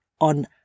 on